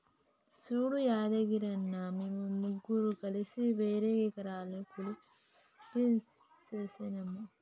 సూడు యాదగిరన్న, మేము ముగ్గురం కలిసి ఇరవై ఎకరాలు కూలికి సేసినాము